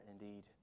indeed